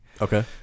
okay